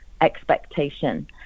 Expectation